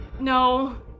No